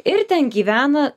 ir ten gyvena